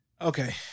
Okay